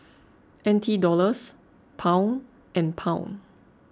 N T Dollars Pound and Pound